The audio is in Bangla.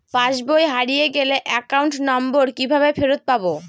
পাসবই হারিয়ে গেলে অ্যাকাউন্ট নম্বর কিভাবে ফেরত পাব?